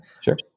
Sure